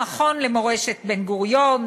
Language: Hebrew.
המכון למורשת בן-גוריון,